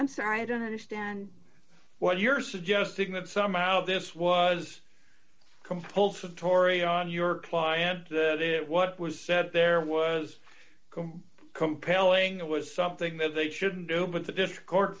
i'm sorry i don't understand what you're suggesting that somehow this was compulsive torrie on your client that it what was said there was compelling it was something that they shouldn't do but th